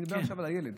אני מדבר עכשיו על הילד.